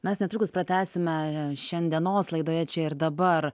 mes netrukus pratęsime šiandienos laidoje čia ir dabar